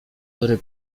który